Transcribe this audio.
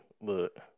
look